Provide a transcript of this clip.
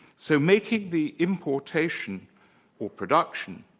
so making the importation or production,